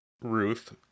ruth